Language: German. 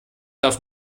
darf